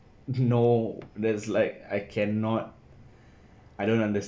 no that's like I cannot I don't understand